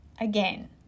again